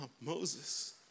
Moses